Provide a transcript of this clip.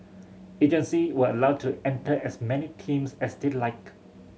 agency were allowed to enter as many teams as they liked